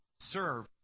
serve